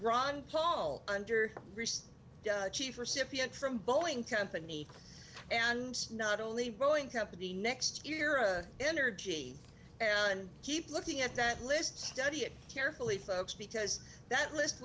ron paul under chief recipient from boeing company and not only boeing company next era energy keep looking at that list study it carefully folks because that list